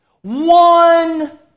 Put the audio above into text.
One